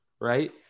right